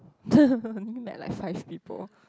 only met like five people